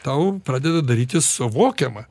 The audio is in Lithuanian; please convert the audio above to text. tau pradeda darytis suvokiama